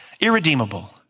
irredeemable